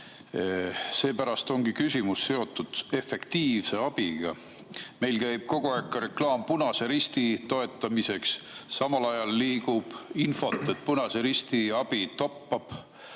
Seepärast ongi küsimus seotud efektiivse abiga. Meil käib kogu aeg ka reklaam Punase Risti toetamiseks. Samal ajal liigub infot, et Punase Risti abi toppab,